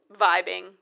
vibing